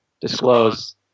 disclose